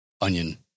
onion